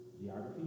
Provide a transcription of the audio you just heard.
geography